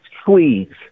Squeeze*